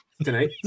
tonight